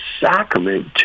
sacrament